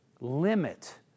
limit